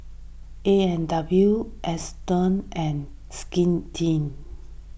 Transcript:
A and W Astons and Skin Inc